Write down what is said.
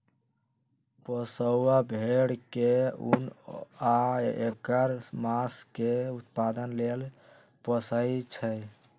पोशौआ भेड़ा के उन आ ऐकर मास के उत्पादन लेल पोशइ छइ